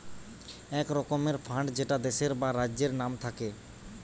এক রকমের ফান্ড যেটা দেশের বা রাজ্যের নাম থাকে